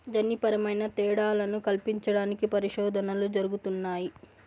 జన్యుపరమైన తేడాలను కల్పించడానికి పరిశోధనలు జరుగుతున్నాయి